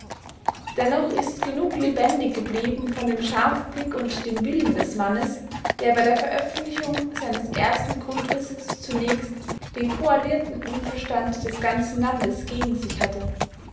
dennoch ist genug lebendig geblieben von dem scharfblick und dem willen des mannes der bei der veröffentlichung seines ersten grundrisses zunächst den koalierten unverstand des ganzen landes gegen sich hatte